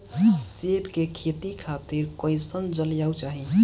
सेब के खेती खातिर कइसन जलवायु चाही?